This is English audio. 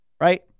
right